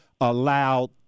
allowed